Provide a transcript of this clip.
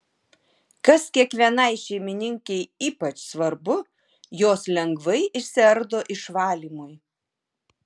kas kiekvienai šeimininkei ypač svarbu jos lengvai išsiardo išvalymui